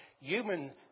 human